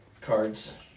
Cards